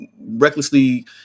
recklessly